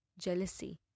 Jealousy